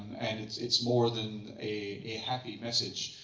and it's it's more than a happy message.